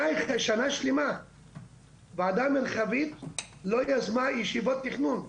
שנה שלמה הוועדה המרחבית לא יזמה ישיבות תכנון,